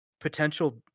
potential